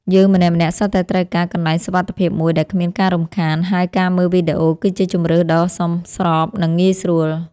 យើងម្នាក់ៗសុទ្ធតែត្រូវការកន្លែងសុវត្ថិភាពមួយដែលគ្មានការរំខានហើយការមើលវីដេអូគឺជាជម្រើសដ៏សមស្របនិងងាយស្រួល។